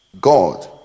God